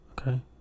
Okay